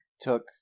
took